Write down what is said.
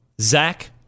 Zach